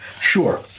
Sure